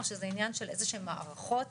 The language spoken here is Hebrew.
או שזה עניין של איזשהן מערכות,